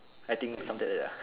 I think something like that